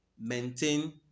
maintain